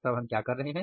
तब हम क्या कर रहे हैं